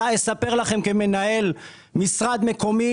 שי יספר לכם שכמנהל משרד מקומי,